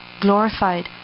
glorified